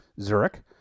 Zurich